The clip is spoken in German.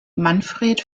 manfred